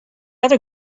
other